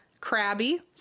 Crabby